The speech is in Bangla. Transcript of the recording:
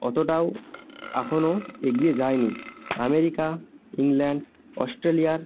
অতটাও এখনও এগিয়ে যায়নি আমেরিকা ইংল্যান্ড অস্ট্রেলিয়ার